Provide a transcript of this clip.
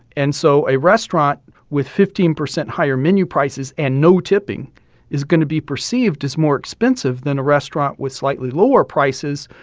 and so a restaurant with fifteen percent higher menu prices and no tipping is going to be perceived as more expensive than a restaurant with slightly lower prices,